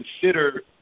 consider